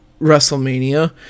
WrestleMania